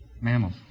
Mammals